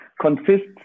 consists